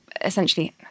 essentially